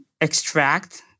extract